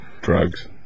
Drugs